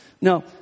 Now